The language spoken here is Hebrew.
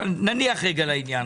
נניח לזה לרגע.